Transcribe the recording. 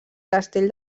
castell